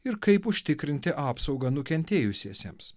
ir kaip užtikrinti apsaugą nukentėjusiesiems